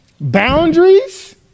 boundaries